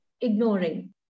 ignoring